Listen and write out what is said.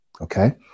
Okay